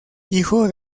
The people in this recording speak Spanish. hijo